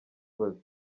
volley